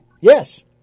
yes